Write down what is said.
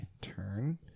turn